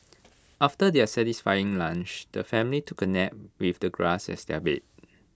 after their satisfying lunch the family took A nap with the grass as their bed